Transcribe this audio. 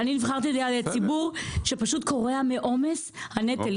אלא על ידי הציבור שפשוט קורס מעומס הנטל.